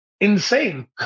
insane